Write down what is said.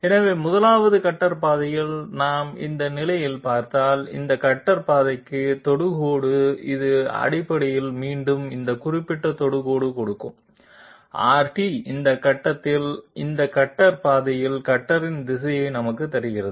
எனவே 1 வது கட்டர் பாதையில் நாம் இந்த நிலையில் பார்த்தால் இந்த கட்டர் பாதைக்கு தொடுகோடு இது அடிப்படையில் மீண்டும் இந்த குறிப்பிட்ட தொடுகோடு கொடுக்கும் Rt இந்த கட்டத்தில் இந்த கட்டர் பாதையில் கட்டரின் திசையை நமக்குத் தருகிறது